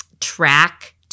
track